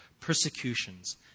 persecutions